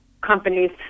companies